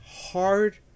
hard